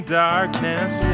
darkness